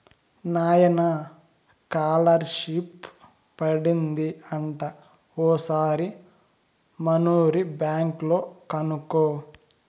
నాయనా కాలర్షిప్ పడింది అంట ఓసారి మనూరి బ్యాంక్ లో కనుకో